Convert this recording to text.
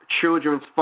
children's